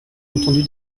entendu